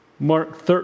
Mark